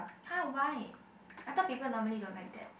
!huh! why I thought people normally don't like that